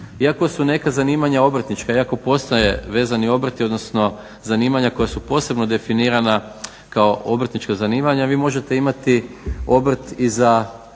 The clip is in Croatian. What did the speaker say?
Iako su neka zanimanja obrtnička, iako postoje vezani obrti, odnosno zanimanja koja su posebno definirana kao obrtnička zanimanja, vi možete imati obrt i za